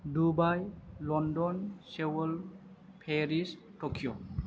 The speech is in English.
Dubai London Seoul Paris Tokyo